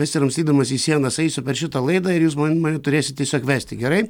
besiramstydamas į sienas eisiu per šitą laidą ir jūs mane turėsit tiesiog vesti gerai